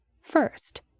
First